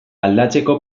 aldatzeko